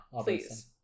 Please